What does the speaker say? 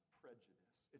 prejudice